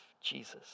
Jesus